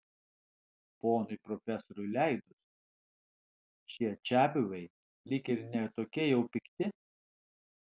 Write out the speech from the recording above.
ponui profesoriui leidus šie čiabuviai lyg ir ne tokie jau pikti